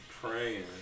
Praying